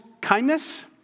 kindness